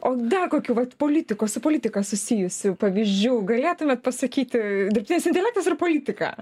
o dar kokių vat politikos su politika susijusių pavyzdžių galėtumėt pasakyti dirbtinis intelektas ir politika